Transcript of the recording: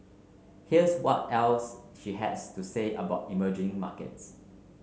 here's what else she has to say about emerging markets